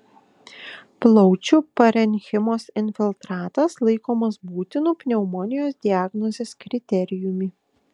plaučių parenchimos infiltratas laikomas būtinu pneumonijos diagnozės kriterijumi